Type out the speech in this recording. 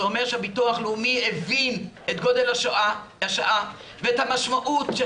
זה אומר שהביטוח הלאומי הבין את גודל השעה ואת המשמעות של